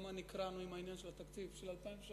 כמה נקרענו עם העניין של התקציב של 2003,